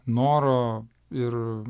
noro ir